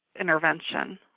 intervention